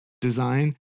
design